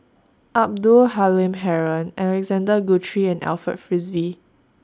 Abdul Halim Haron Alexander Guthrie and Alfred Frisby